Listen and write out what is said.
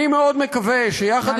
אני מאוד מקווה שיחד, נא